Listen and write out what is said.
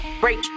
Break